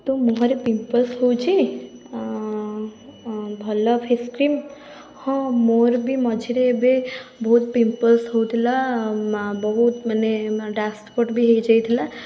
ତୋ ମୁହଁରେ ପିମ୍ପଲ୍ସ ହେଉଛି ଭଲ ଫେସ୍ କ୍ରିମ୍ ହଁ ମୋର ବି ମଝିରେ ଏବେ ବହୁତ ପିମ୍ପଲ୍ସ ହଉଥିଲା ମା' ବହୁତ ମାନେ ଡାର୍କସ୍ପଟ୍ ବି ହେଇଯାଇଥିଲା